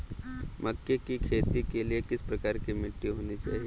मक्के की खेती के लिए किस प्रकार की मिट्टी होनी चाहिए?